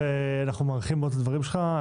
ואנחנו מעריכים מאוד את הדברים שלך.